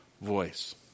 voice